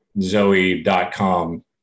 zoe.com